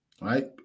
right